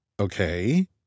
Okay